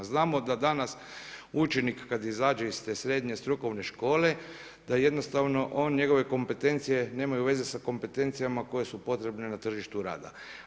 Znamo da danas učenik kad izađe iz te srednje strukovne škole, da jednostavno on, njegove kompetencije nemaju veze sa kompetencijama koje su potrebne na tržištu rada.